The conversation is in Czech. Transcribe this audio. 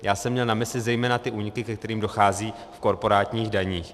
Já jsem měl na mysli zejména úniky, ke kterým dochází v korporátních daních.